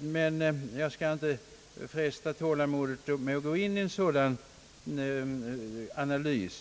men jag skall inte fresta tålamodet med att gå in på en sådan analys.